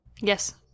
Yes